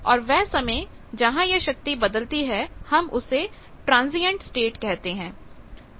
और वह समय जहां यह शक्ति बदलती है हम उसे ट्रांजियंट स्टेट कहते हैं